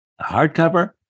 hardcover